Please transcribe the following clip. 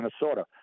Minnesota